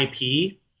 IP